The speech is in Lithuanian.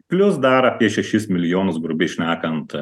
plius dar apie šešis milijonus grubiai šnekant